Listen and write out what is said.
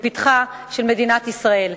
בפתחה של מדינת ישראל.